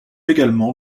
également